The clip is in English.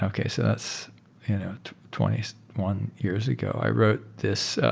okay. so that's twenty one years ago. i wrote this